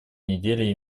недели